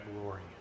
glory